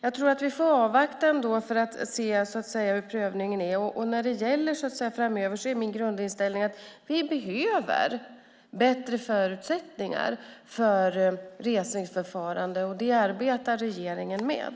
Jag tror att vi får avvakta för att se hur prövningen blir. När det gäller framöver är min grundinställning att vi behöver bättre förutsättningar för resningsförvarande, och det arbetar regeringen med.